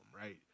right